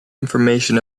information